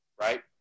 right